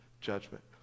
judgment